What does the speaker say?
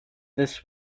this